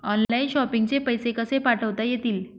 Online shopping चे पैसे कसे पाठवता येतील?